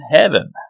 heaven